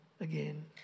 again